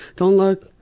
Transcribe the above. don't look.